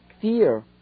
fear